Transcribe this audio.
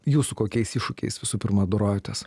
jūs su kokiais iššūkiais visų pirma dorojatės